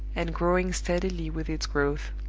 and growing steadily with its growth.